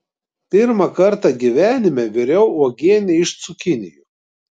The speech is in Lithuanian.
pirmą kartą gyvenime viriau uogienę iš cukinijų